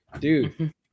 Dude